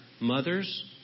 mothers